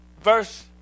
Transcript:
Verse